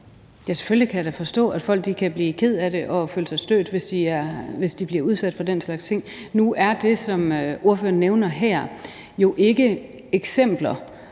Ja, selvfølgelig kan jeg forstå, at folk kan blive kede af det og føle sig stødt, hvis de bliver udsat for den slags ting. Nu er det, som ordføreren nævner her, jo ikke eksempler